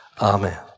Amen